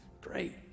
Great